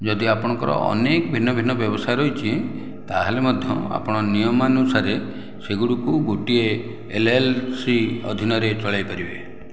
ଯଦି ଆପଣଙ୍କର ଅନେକ ଭିନ୍ନଭିନ୍ନ ବ୍ୟବସାୟ ରହିଛି ତାହେଲେ ମଧ୍ୟ ଆପଣ ନିୟମାନୁସାରେ ସେଗୁଡ଼ିକୁ ଗୋଟିଏ ଏଲ୍ ଏଲ୍ ସି ଅଧୀନରେ ଚଳେଇପାରିବେ